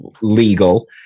legal